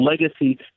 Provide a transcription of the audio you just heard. legacy